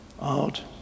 out